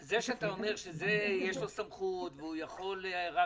אתה אומר שיש לו סמכות והוא יכול רק